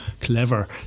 clever